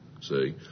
See